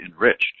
enriched